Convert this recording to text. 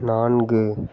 நான்கு